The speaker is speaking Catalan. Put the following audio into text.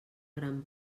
gran